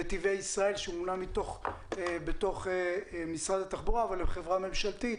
נתיבי ישראל שהם אמנם בתוך משרד התחבורה אבל הם חברה ממשלתית,